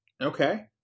Okay